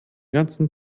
ganzen